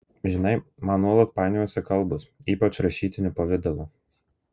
žinai man nuolat painiojasi kalbos ypač rašytiniu pavidalu